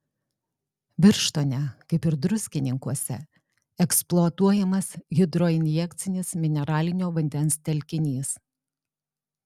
birštone kaip ir druskininkuose eksploatuojamas hidroinjekcinis mineralinio vandens telkinys